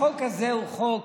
החוק הזה הוא חוק